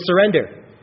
surrender